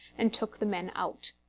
and took the men out.